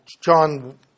John